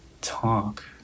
talk